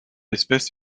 espèce